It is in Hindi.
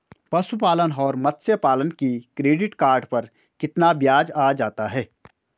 पशुपालन और मत्स्य पालन के क्रेडिट कार्ड पर कितना ब्याज आ जाता है?